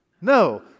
No